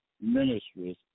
ministries